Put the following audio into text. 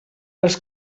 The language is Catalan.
als